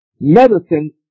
Medicine